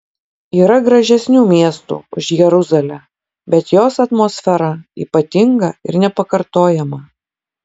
yra gražesnių miestų už jeruzalę bet jos atmosfera ypatinga ir nepakartojama